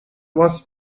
was